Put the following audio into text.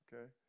okay